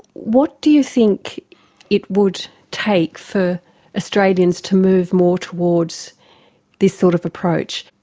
what do you think it would take for australians to move more towards this sort of approach?